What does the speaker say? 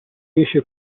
riesce